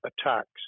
attacks